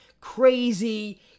crazy